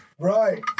Right